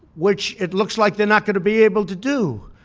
which it looks like they're not going to be able to do.